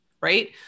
right